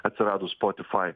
atsiradus spotify